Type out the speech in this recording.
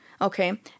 okay